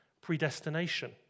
predestination